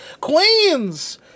Queens